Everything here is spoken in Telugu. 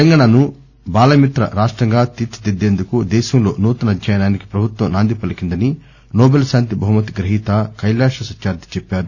తెలంగాణాను బాలమిత్ర రాష్టంగా తీర్చిదిద్దేందుకు దేశంలో నూతన అధ్యాయానికి ప్రభుత్వం నాంది పలీకిందని నోబెల్ శాంతి బహుమతి గ్రహీత కైలాశ్ సత్యార్ది చెప్పారు